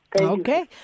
Okay